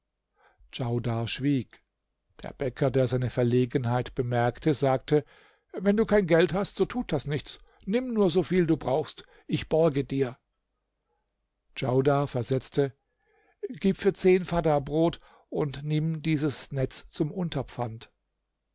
djaudar schwieg der bäcker der seine verlegenheit bemerkte sagte wenn du kein geld hast so tut das nichts nimm nur soviel du brauchst ich borge dir djaudar versetzte gieb für zehn fadda brot und nimm dieses netz zum unterpfand